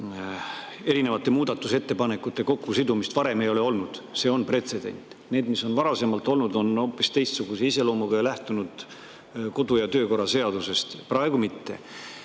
erinevate muudatusettepanekute kokkusidumist ei ole varem olnud. See on pretsedent. Need, mis on varasemalt olnud, on olnud hoopis teistsuguse iseloomuga ja lähtunud kodu‑ ja töökorra seadusest. Praegu mitte. Sellel